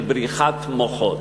של בריחת מוחות,